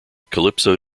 calypso